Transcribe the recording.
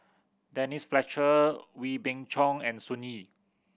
Denise Fletcher Wee Beng Chong and Sun Yee